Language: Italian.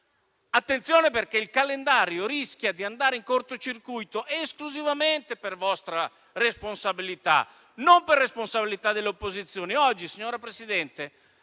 attenzione perché il calendario rischia di andare in cortocircuito esclusivamente per vostra responsabilità e non per responsabilità delle opposizioni. Oggi, signor Presidente,